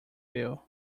bill